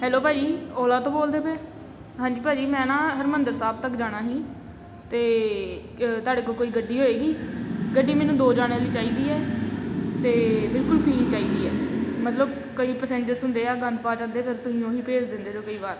hello ਭਾਅ ਜੀ ਓਲਾ ਤੋਂ ਬੋਲਦੇ ਪਏ ਹਾਂਜੀ ਭਾਅ ਜੀ ਮੈਂ ਨਾ ਹਰਿਮੰਦਰ ਸਾਹਿਬ ਤੱਕ ਜਾਣਾ ਸੀ ਤਾਂ ਅ ਤੁਹਾਡੇ ਕੋਲ ਕੋਈ ਗੱਡੀ ਹੋਏਗੀ ਗੱਡੀ ਮੈਨੂੰ ਦੋ ਜਾਣਿਆਂ ਲਈ ਚਾਹੀਦੀ ਹੈ ਅਤੇ ਬਿਲਕੁਲ ਕਲੀਨ ਚਾਹੀਦੀ ਹੈ ਮਤਲਬ ਕਈ ਪਸੈਂਜਰਸ ਹੁੰਦੇ ਆ ਗੰਦ ਪਾ ਜਾਂਦੇ ਜਾਂਦੇ ਫਿਰ ਤੁਸੀਂ ਉਹੀ ਭੇਜ ਦਿੰਦੇ ਜੋ ਕਈ ਵਾਰ